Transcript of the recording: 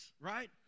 Right